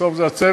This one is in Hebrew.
בסוף זה הצוות,